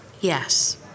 Yes